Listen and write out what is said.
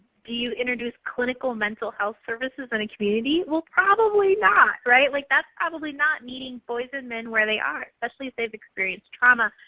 do you introduce clinical mental health services in a community? well probably not, right? like that's probably not meeting boys and men where they are, especially if they've experienced trauma.